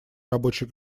рабочей